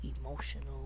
emotional